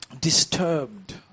disturbed